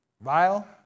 Vile